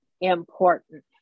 important